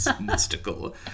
mystical